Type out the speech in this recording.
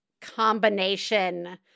combination